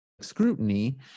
scrutiny